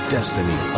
Destiny